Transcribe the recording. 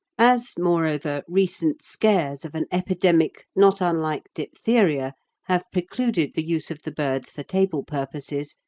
as, moreover, recent scares of an epidemic not unlike diphtheria have precluded the use of the birds for table purposes,